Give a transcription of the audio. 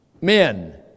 men